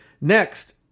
Next